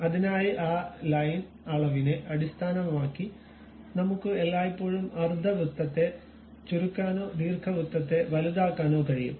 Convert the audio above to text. അതിനായി ആ ലൈൻ അളവിനെ അടിസ്ഥാനമാക്കി നമുക്ക് എല്ലായ്പ്പോഴും അർദ്ധവൃത്തത്തെ ചുരുക്കാനോ ദീർഘവൃത്തത്തെ വലുതാക്കാനോ കഴിയും